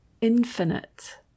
infinite